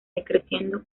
decreciendo